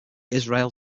israel